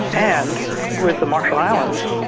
and with the marshall islands,